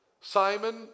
Simon